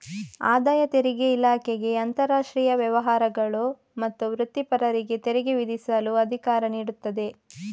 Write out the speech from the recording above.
ಆದಾಯ ತೆರಿಗೆ ಇಲಾಖೆಗೆ ಅಂತರಾಷ್ಟ್ರೀಯ ವ್ಯವಹಾರಗಳು ಮತ್ತು ವೃತ್ತಿಪರರಿಗೆ ತೆರಿಗೆ ವಿಧಿಸಲು ಅಧಿಕಾರ ನೀಡುತ್ತದೆ